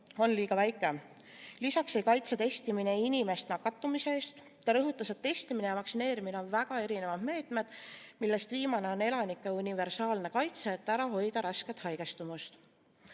liiga väike. Lisaks ei kaitse testimine inimest nakatumise eest. Ta rõhutas, et testimine ja vaktsineerimine on väga erinevad meetmed, millest viimane on elanike universaalne kaitse, et ära hoida raskelt haigestumist.